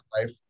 life